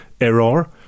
error